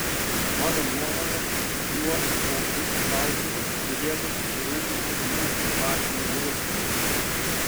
mano nuomone šiuo opiu klausimu turėtų susirūpinti mūsų dvasinė vyresnybė